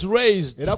raised